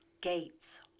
gates